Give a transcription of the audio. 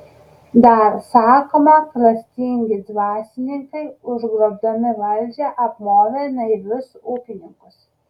dar sakoma klastingi dvasininkai užgrobdami valdžią apmovė naivius ūkininkus